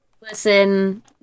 listen